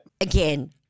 Again